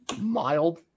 mild